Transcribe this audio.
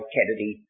Kennedy